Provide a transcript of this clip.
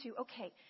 okay